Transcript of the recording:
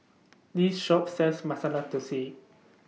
This Shop sells Masala Thosai